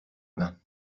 bains